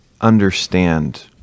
understand